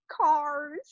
cars